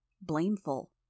Blameful